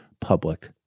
public